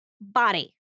body